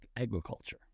agriculture